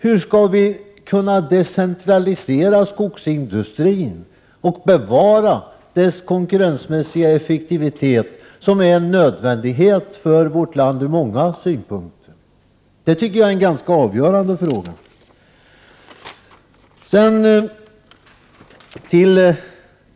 Hur skall vi kunna decentralisera skogsindustrin och bevara dess konkurrensmässiga effektivitet, som är en nödvändighet för vårt land ur många synpunkter? Det tycker jag är en ganska avgörande fråga.